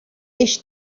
eixe